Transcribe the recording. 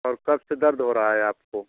और कब से दर्द हो रहा है आपको